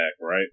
right